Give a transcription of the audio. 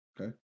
Okay